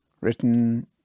written